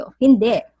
Hindi